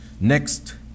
Next